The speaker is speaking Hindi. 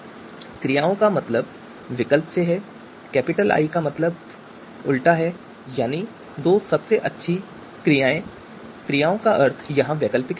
क्रियायों का मतलब विकल्प है और कैपिटल आई का मतलब उल्टा है यानी दो सबसे अच्छी क्रियायें क्रियाओं का अर्थ यहाँ वैकल्पिक है